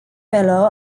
fellow